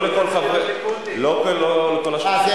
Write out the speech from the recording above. המבטח של כלי הרכב האחר משלם למבטח של האופנוע 50% מהפיצויים